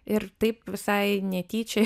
ir taip visai netyčia